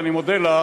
ואני מודה לה,